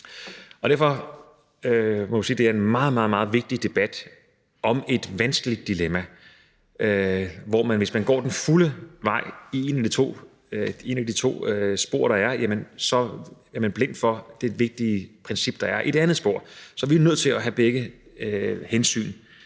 Derfor må vi sige, at det er en meget, meget vigtig debat om et vanskeligt dilemma, hvor man, hvis man går den fulde vej ad et af de to spor, der er, er blind for det vigtige princip, der er i det andet spor. Så vi er nødt til at have begge hensyn